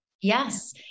Yes